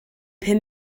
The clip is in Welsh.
pum